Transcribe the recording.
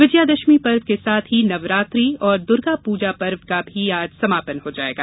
विजयादशमी पर्व के साथ ही नवरात्रि और दुर्गा पूजा पर्व का भी आज समापन हो जाएगा